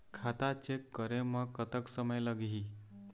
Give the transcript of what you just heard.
खाता चेक करे म कतक समय लगही?